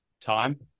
time